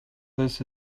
this